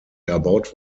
erbaut